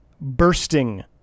bursting